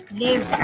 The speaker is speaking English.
live